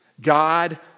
God